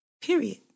Period